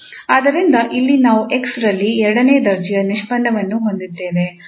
ಆದ್ದರಿಂದ ಇಲ್ಲಿ ನಾವು 𝑥 ರಲ್ಲಿ ಎರಡನೇ ದರ್ಜೆಯ ನಿಷ್ಪನ್ನವನ್ನು ಹೊಂದಿದ್ದೇವೆ